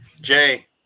jay